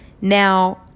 Now